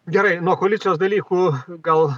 gerai nuo koalicijos dalykų gal